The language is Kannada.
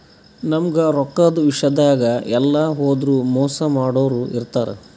ನಮ್ಗ್ ರೊಕ್ಕದ್ ವಿಷ್ಯಾದಾಗ್ ಎಲ್ಲ್ ಹೋದ್ರು ಮೋಸ್ ಮಾಡೋರ್ ಇರ್ತಾರ